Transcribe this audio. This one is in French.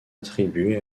attribué